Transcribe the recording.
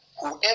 whoever